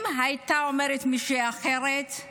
אם מישהי אחרת הייתה אומרת,